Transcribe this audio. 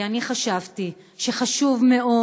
כי חשבתי שחשוב מאוד,